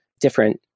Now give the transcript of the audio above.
different